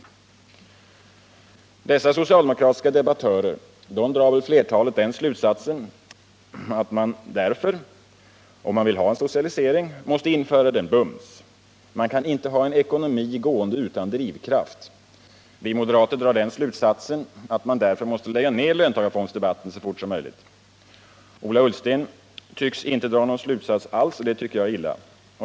Av dessa socialdemokratiska debattörer drar väl flertalet den slutsatsen att man därför, om man vill ha socialisering, måste införa den bums. Man kan inte ha en ekonomi gående utan drivkraft. Vi moderater drar den slutsatsen att man därför måste lägga ned löntagarfondsdebatten så fort som möjligt. Ola Ullsten tycks inte dra någon slutsats alls, och det tycker jag är illa.